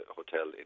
Hotel